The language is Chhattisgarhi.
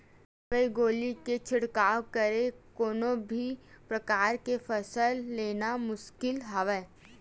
बिन दवई गोली के छिड़काव करे कोनो भी परकार के फसल लेना मुसकिल हवय